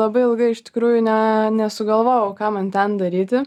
labai ilgai iš tikrųjų ne nesugalvojau ką man ten daryti